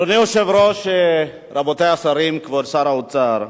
אדוני היושב-ראש, רבותי השרים, כבוד שר האוצר,